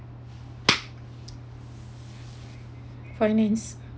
finance